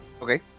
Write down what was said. Okay